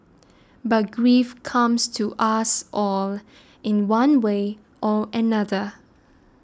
but grief comes to us all in one way or another